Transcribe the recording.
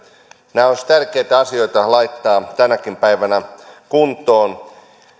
nämä olisivat tärkeitä asioita laittaa tänäkin päivänä kuntoon